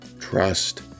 trust